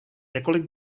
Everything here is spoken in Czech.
několik